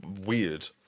weird